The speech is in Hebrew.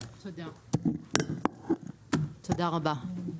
תודה רבה.